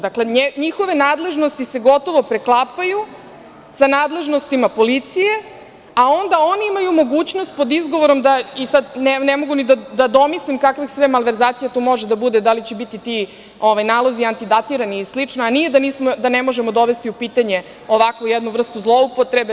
Dakle, njihove nadležnosti se gotovo preklapaju sa nadležnostima policije a onda oni imaju mogućnost pod izgovorom, ne mogu ni da domislim kakve sve malverzacije to mogu da budu, da li će biti ti nalozi antidatirani i slično, a nije da ne možemo dovesti u pitanje ovakvu jednu vrstu zloupotrebe.